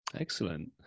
Excellent